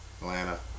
Atlanta